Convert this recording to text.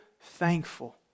thankful